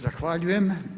Zahvaljujem.